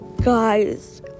guys